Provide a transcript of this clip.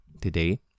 today